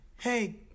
Hey